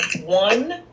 one